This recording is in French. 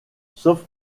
sauf